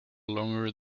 longer